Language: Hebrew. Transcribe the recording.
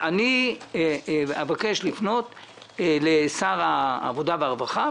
אבקש לפנות לשר העבודה והרווחה,